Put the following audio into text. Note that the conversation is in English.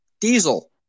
Diesel